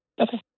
Okay